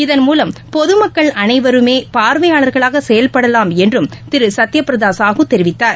இதன்மூலம் பொதுமக்கள் அனைவருமே பார்வையாளர்களாக செயல்படலாம் என்றும் திரு சத்தியபிரத எஹு தெரிவித்தார்